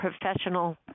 professional